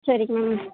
சரிங்க மேம்